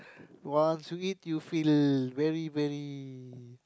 once you eat you feel very very